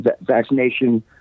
vaccination